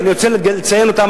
ואני רוצה לציין אותם,